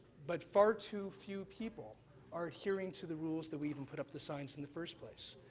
but far too few people are adhering to the resumes that we even put up the signs in the first place.